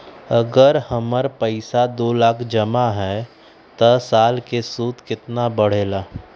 अगर हमर पैसा दो लाख जमा है त साल के सूद केतना बढेला?